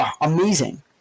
amazing